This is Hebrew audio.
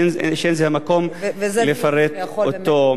שלא זה המקום לפרט אותו.